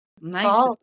Nice